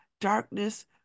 Darkness